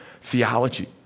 Theology